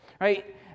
right